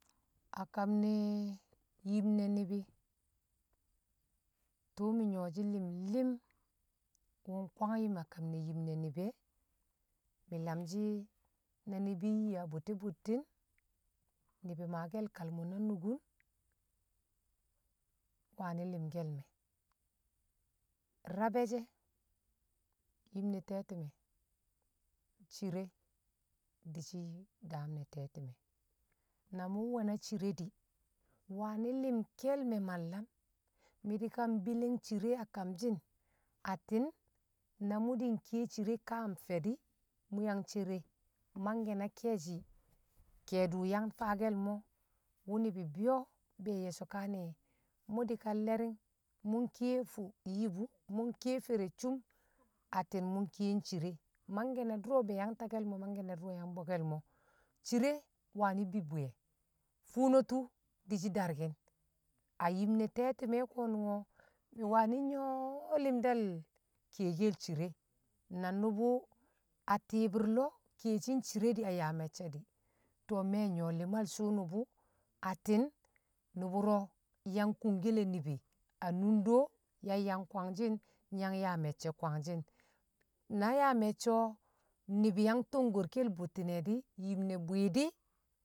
A kam ne̱ yim ne̱ ni̱bi̱ tṵṵ mi̱ nyo̱shi̱ li̱mli̱m wṵ nkwang yṵm a kam ne̱ ni̱bi̱ e̱ mi̱lamshi na ni̱bi̱ yi a bṵti̱ bṵtti̱n nibi maake̱ le̱ kalmo̱ na nukun wani̱ li̱mke̱l me̱, rabe she yim ne̱ te̱ti̱ne̱ cire di̱shi̱ daam re̱te̱ti̱me̱ na mṵn we̱ na cire di̱ wani̱ li̱mke̱l me̱ ma nlan mi̱ di̱kan bi̱li̱ng cire a kamshi̱m atti̱n na mṵ di̱ nkiye cire ka a nfe̱ di̱, mu yang cere mangke̱ na ke̱e̱shi̱ ke̱e̱dṵ yang faake̱l mo̱ wṵ ni̱bi̱ bi̱yo̱ be̱ ye̱ so̱ kaane mṵ di̱kan leri̱ng, mṵ nkiye fṵ yibu, mu nkiye fere cum atti̱n my nkiye cire, magke na dṵro̱ be̱ yang takke̱l mo̱ mangke dṵro̱ yang bo̱kke̱l mo̱, cire wani̱ bi buye̱ funotu di̱shi̱ darki̱n, a yim ni̱ tete̱mi̱ ko̱nṵungo̱ me̱ wani nyo̱ li̱mdal kiyekel cire na nṵbṵ a ti̱i̱bi̱r lo̱o̱ kiyeshin cire di̱ a yaa me̱cce̱ di̱ to me̱ nyo̱ li̱mal sṵṵ nṵbṵ attin nuburo yang kunkel nibi a nundo yang yang kwangshi̱n nyi yang yaa me̱cce̱ kwangshi̱n, na yaa me̱cce̱ o̱ ni̱bi̱ yang tongkorke̱l bṵtti̱ne̱ di̱ yim ne bwi̱i̱di̱